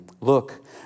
look